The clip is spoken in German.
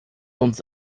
uns